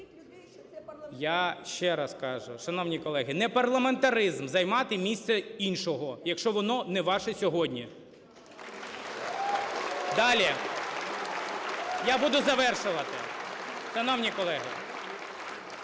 Я ще раз кажу, шановні колеги: не парламентаризм – займати місце іншого, якщо воно не ваше сьогодні. (Оплески) Далі, я буду завершувати. Шановні колеги!